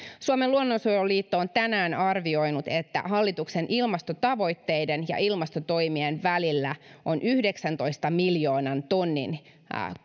suomen luonnonsuojeluliitto on tänään arvioinut että hallituksen ilmastotavoitteiden ja ilmastotoimien välillä on yhdeksäntoista miljoonan tonnin